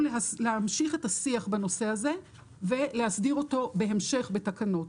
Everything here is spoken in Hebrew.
להמשיך את השיח בנושא הזה ולהסדיר אותו בהמשך בתקנות.